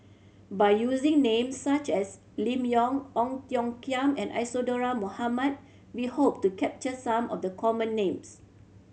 by using names such as Lim Yau Ong Tiong Khiam and Isadhora Mohamed we hope to capture some of the common names